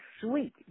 sweet